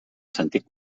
sentit